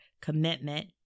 commitment